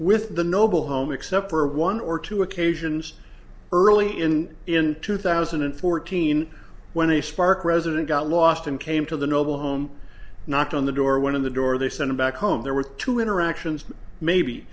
with the noble home except for one or two occasions early in in two thousand and fourteen when a spark resident got lost and came to the noble home knocked on the door went in the door they sent him back home there were two interactions maybe